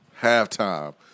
halftime